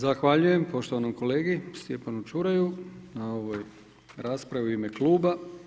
Zahvaljujem poštovanom kolegi Stjepanu Čuraju na ovoj raspravi u ime kluba.